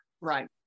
Right